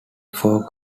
four